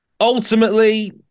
Ultimately